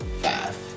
Five